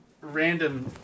random